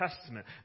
Testament